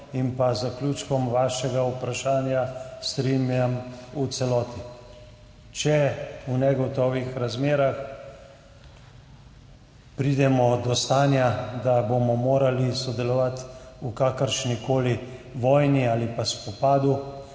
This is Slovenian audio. in zaključkom vašega vprašanja strinjam v celoti. Če v negotovih razmerah pridemo do stanja, da bomo morali sodelovati v kakršnikoli vojni ali pa spopadu,